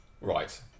Right